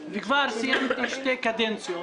שיירשם